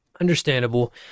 understandable